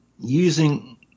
using